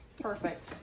Perfect